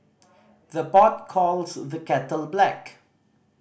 the pot calls the kettle black